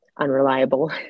unreliable